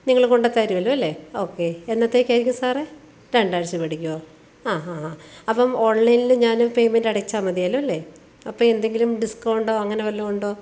നിങ്ങൾ കൊണ്ടുതരുമല്ലോ അല്ലേ ഓക്കെ എന്നത്തേയ്ക്കായിരിക്കും സാറെ രണ്ടാഴ്ച പിടിക്കുവോ അ ഹ ഹ അപ്പം ഓൺലൈനിൽ ഞാൻ പേമെന്റ് അടച്ചാൽ മതിയല്ലോ അല്ലേ അപ്പം എന്തെങ്കിലും ഡിസ്ക്കൗണ്ടോ അങ്ങനെ വല്ലതും ഉണ്ടോ